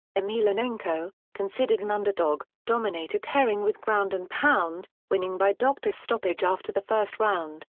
emelianenko, considered an underdog, dominated herring with ground and pound, winning by doctor stoppage after the first round.